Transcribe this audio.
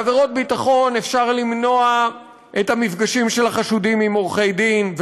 בעבירות ביטחון אפשר למנוע את המפגשים של החשודים עם עורכי-דין,